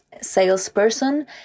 salesperson